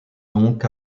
donc